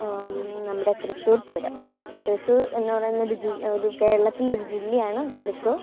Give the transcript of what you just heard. നമ്മുടെ തൃശ്ശൂർ പൂരം തൃശ്ശൂർ എന്നു പറയുന്നൊരു ജി ഒരു കേരളത്തിലൊരു ജില്ലയാണ് തൃശ്ശൂർ